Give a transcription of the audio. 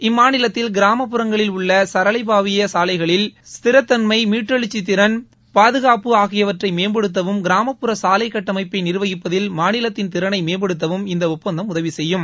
இம்மாநிலத்தில் கிராமப்புறங்களில் உள்ள சரளைபாவிய சாலைகளில் ஸ்திரத்தன்மை மீட்டெழுச்சித் திறன் பாதுகாப்பு ஆகியவற்றை மேம்படுத்தவும் கிராமப்புற சாலை கட்டமைப்பை நிர்வகிப்பதில் மாநிலத்தின் திறனை மேம்படுத்தவும் இந்த ஒப்பந்தம் உதவி செய்யும்